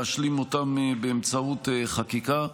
להשלים אותם באמצעות חקיקה.